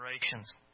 generations